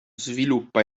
sviluppa